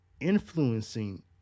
influencing